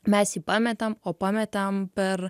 mes jį pametėm o pametėm per